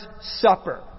Supper